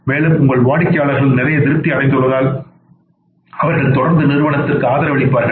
மேலும் உங்கள் வாடிக்கையாளர்கள் நிறைய திருப்தி அடைந்துள்ளதால் அவர்கள் தொடர்ந்து நிறுவனத்திற்கு ஆதரவளிப்பார்கள்